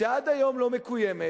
שעד היום לא מקוימת,